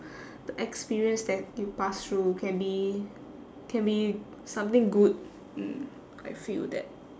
the experience that you pass through can be can be something good mm I feel that